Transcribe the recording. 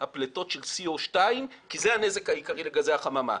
הפליטות של Co2 כי זה הנזק העיקרי לגזי החממה.